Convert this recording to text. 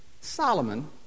Solomon